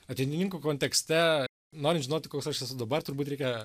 ateitininkų kontekste norint žinoti koks aš esu dabar turbūt reikia